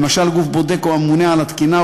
למשל גוף בודק או הממונה על התקינה,